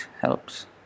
helps